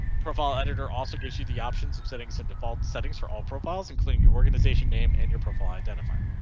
profile editor also gives you the options of setting some default settings for all profiles including your organization name and your profile identifier.